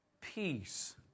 peace